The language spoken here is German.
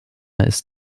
ist